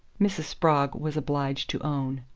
mrs. spragg was obliged to own.